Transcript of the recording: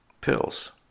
pills